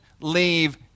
leave